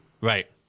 Right